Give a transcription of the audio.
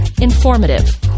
informative